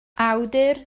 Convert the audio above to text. awdur